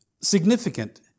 significant